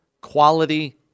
quality